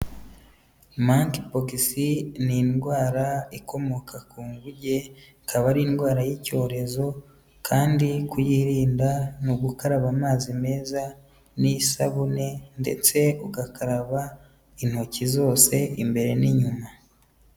Monkey Pox ni indwara ikomoka ku nguge, ikaba ari indwara y'icyorezo kandi kuyirinda ni ugukaraba amazi meza n'isabune ndetse ugakaraba intoki zose imbere n'inyuma.